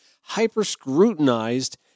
hyper-scrutinized